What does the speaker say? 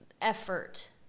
effort